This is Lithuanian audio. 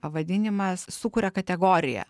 pavadinimas sukuria kategoriją